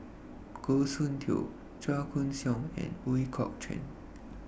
Goh Soon Tioe Chua Koon Siong and Ooi Kok Chuen